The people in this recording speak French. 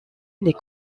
les